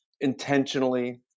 intentionally